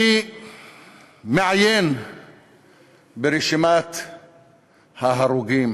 אני מעיין ברשימת ההרוגים.